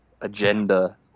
agenda